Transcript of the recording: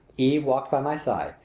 eve walked by my side,